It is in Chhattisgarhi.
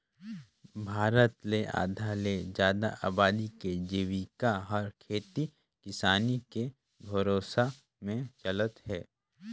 भारत ले आधा ले जादा अबादी के जिविका हर खेती किसानी के भरोसा में चलत हे